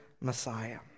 Messiah